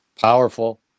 powerful